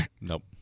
Nope